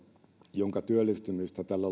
jonka työllistymistä tällä